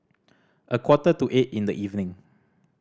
a quarter to eight in the evening